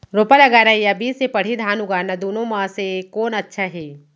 रोपा लगाना या बीज से पड़ही धान उगाना दुनो म से कोन अच्छा हे?